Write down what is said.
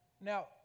Now